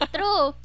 True